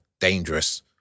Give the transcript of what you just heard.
dangerous